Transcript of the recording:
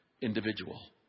individual